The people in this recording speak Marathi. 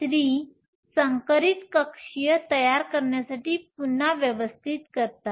sp3 संकरित कक्षीय तयार करण्यासाठी पुन्हा व्यवस्थित करा